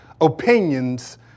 opinions